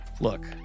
Look